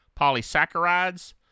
polysaccharides